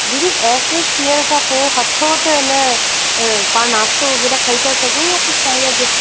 दीदी एफ्रेश पीअण खां पोइ हथो त न पाण नाश्तो वग़ैरह खाई था सघूं या कुझु खाई नथा सघूं